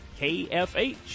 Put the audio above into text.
KFH